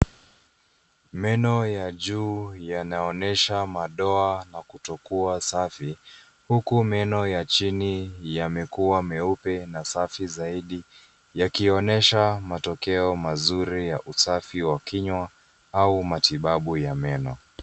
Meno ya juu yanaonyesha madoa na kutokua safi huku meno ya chini yamekuwa meupe na safi zaidi, yakionyesha matokeo mazuri ya usafi wa kinywa au matibabu ya meno.